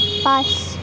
পাঁচ